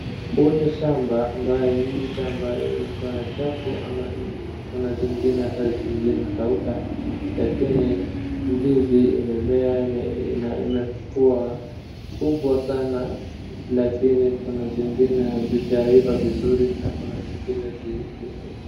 Huu ni shamba ambaye hii shamba iko na chafu ama ime, kuna zingine hata zimekauka, lakini ndizi imemea na imekuwa kubwa sana, lakini kuna zingine hazijaiva vizuri na kuna zingine zi, zimeiva.